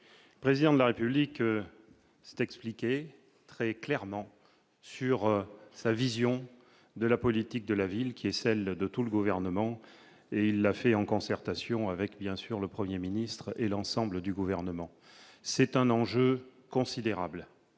président de la République s'est expliqué très clairement sur sa vision de la politique de la ville qui est celle de tout le gouvernement et il l'a fait en concertation avec bien sûr le 1er ministre et l'ensemble du gouvernement, c'est un enjeu considérable,